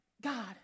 God